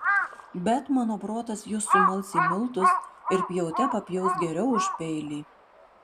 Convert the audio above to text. bet mano protas jus sumals į miltus ir pjaute papjaus geriau už peilį